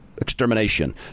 Extermination